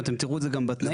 ואתם תראו את זה גם בתנאים,